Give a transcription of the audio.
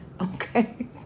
okay